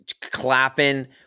Clapping